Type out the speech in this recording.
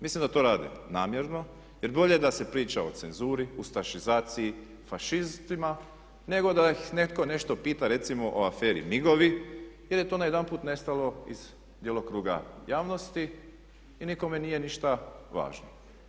Mislim da to radi namjerno jer bolje da se priča o cenzuri, ustašizaciji, fašistima nego da ih netko nešto pita recimo o aferi MIG-ovi jer je to najedanput nestalo iz djelokruga javnosti i nikome nije ništa važno.